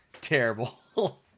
terrible